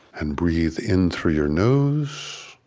and breathe in through your nose,